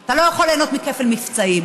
אתה לא יכול ליהנות מכפל מבצעים.